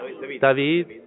David